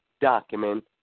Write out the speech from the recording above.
document